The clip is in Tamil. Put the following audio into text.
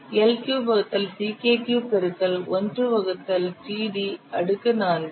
L க்யூப் வகுத்தல் Ck க்யூப் பெருக்கல் 1 வகுத்தல் td அடுக்கு 4